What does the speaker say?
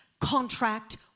contract